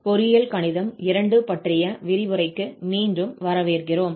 பொறியியல் கணிதம் II பற்றிய விரிவுரைக்கு மீண்டும் வரவேற்கிறோம்